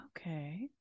Okay